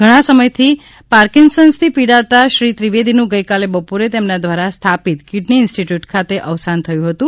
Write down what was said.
ઘણા સમયથી પાર્કિન્સનથી પીડાત શ્રી ત્રિવેદીનું ગઈકાલે બપોરે તેમના દ્વારા સ્થાપિત કીડની ઇન્સ્ટીટીયુટ ખાતે અવસાન થયું હતું